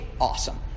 awesome